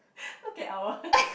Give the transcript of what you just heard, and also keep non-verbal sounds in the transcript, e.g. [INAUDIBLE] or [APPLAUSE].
[LAUGHS] look at our [LAUGHS]